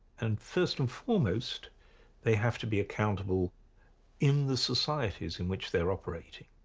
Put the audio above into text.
and first and foremost they have to be accountable in the societies in which they're operating.